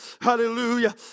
hallelujah